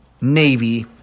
Navy